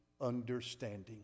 understanding